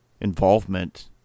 involvement –